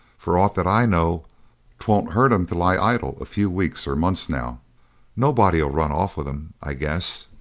for aught that i know twon't hurt em to lie idle a few weeks or months now nobody'll run off with em, i guess.